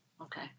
Okay